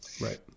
Right